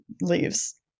leaves